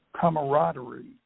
camaraderie